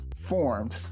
formed